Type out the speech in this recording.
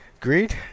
Agreed